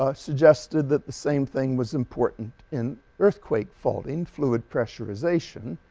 ah suggested that the same thing was important in earthquake fault in fluid pressurization.